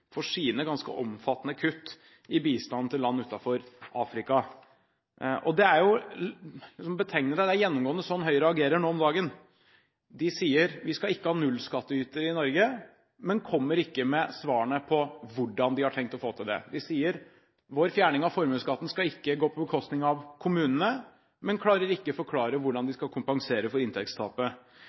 for sine ganske omfattende kutt i bistand til land utenfor Afrika. Det er jo betegnende, og det er gjennomgående sånn Høyre agerer nå om dagen. De sier at de ikke skal ha nullskattytere i Norge, men kommer ikke med svarene på hvordan de har tenkt å få til det. De sier at deres fjerning av formuesskatten ikke skal gå på bekostning av kommunene, men klarer ikke forklare hvordan de skal kompensere for inntektstapet.